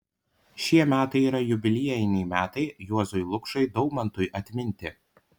šie metai yra jubiliejiniai metai juozui lukšai daumantui atminti